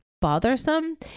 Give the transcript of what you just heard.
bothersome